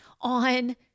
on